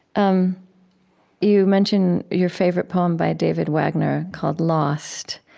um you mention your favorite poem by david wagoner called lost.